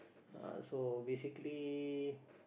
uh so basically